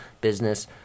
business